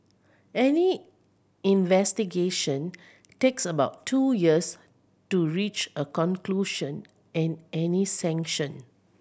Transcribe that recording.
any investigation takes about two years to reach a conclusion and any sanction